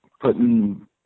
putting